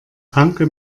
tanke